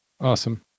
Awesome